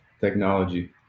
technology